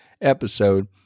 episode